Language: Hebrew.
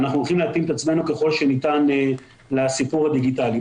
ואנחנו הולכים להתאים את עצמנו ככל שניתן לסיפור הדיגיטלי.